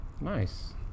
nice